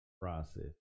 process